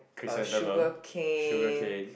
uh sugar cane